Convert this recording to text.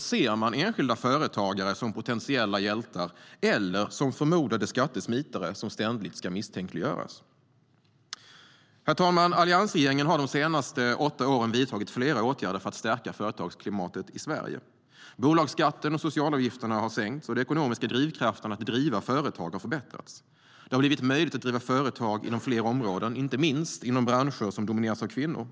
ser enskilda företagare antingen som potentiella hjältar eller som förmodade skattesmitare som ständigt ska misstänkliggöras. Herr talman! Alliansregeringen har de senaste åtta åren vidtagit flera åtgärder för att stärka företagsklimatet i Sverige. Bolagsskatten och socialavgifterna har sänkts, och de ekonomiska drivkrafterna för att driva företag har förbättrats. Det har blivit möjligt att driva företag inom fler områden, inte minst inom branscher som domineras av kvinnor.